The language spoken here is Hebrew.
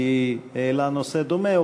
כי העלה נושא דומה,